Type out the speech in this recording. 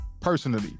personally